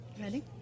Ready